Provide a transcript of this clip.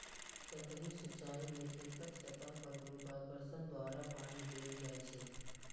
सतही सिंचाइ मे खेतक सतह पर गुरुत्वाकर्षण द्वारा पानि देल जाइ छै